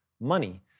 Money